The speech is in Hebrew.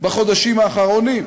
בחודשים האחרונים.